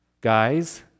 guys